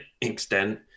extent